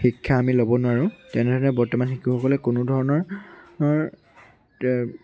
শিক্ষা আমি ল'ব নোৱাৰোঁ তেনেধৰণে বৰ্তমান শিশুসকলে কোনো ধৰণৰ